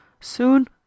soon